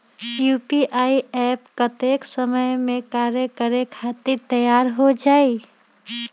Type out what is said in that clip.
UPI app कतेइक समय मे कार्य करे खातीर तैयार हो जाई?